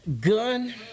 gun